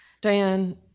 Diane